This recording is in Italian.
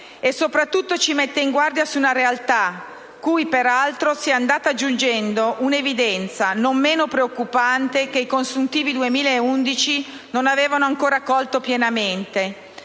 e soprattutto ci mette in guardia su «una realtà cui, peraltro, si è andata aggiungendo un'evidenza, non meno preoccupante, che i consuntivi del 2011 non avevano ancora colto pienamente: